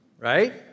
Right